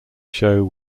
show